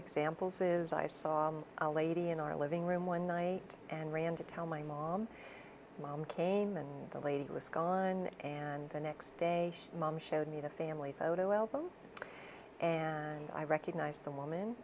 examples is i saw a lady in our living room one night and ran to tell my mom mom came and the lady was gone and the next day mom showed me the family photo album and i recognized the woman